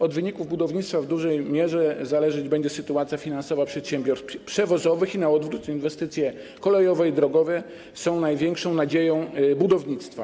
Od wyników budownictwa w dużej mierze zależeć będzie sytuacja finansowa przedsiębiorstw przewozowych i na odwrót: inwestycje kolejowe i drogowe są największą nadzieją budownictwa.